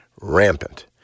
rampant